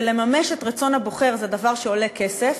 ולממש את רצון הבוחר זה דבר שעולה כסף,